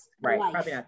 right